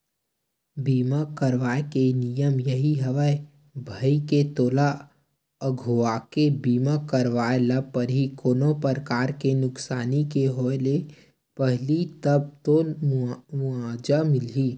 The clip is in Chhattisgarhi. बीमा करवाय के नियम यही हवय भई के तोला अघुवाके बीमा करवाय ल परही कोनो परकार के नुकसानी के होय ले पहिली तब तो मुवाजा मिलही